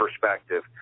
perspective